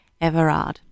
Everard